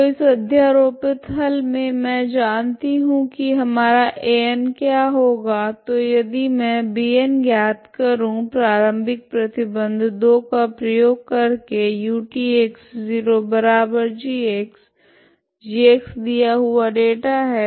तो इस अध्यारोपित हल मे मैं जानती हूँ की हमारा An क्या होगा तो यदि मैं Bn ज्ञात करूँ प्रारम्भिक प्रतिबंध 2 का प्रयोग कर के utx0g g दिया हुआ डेटा है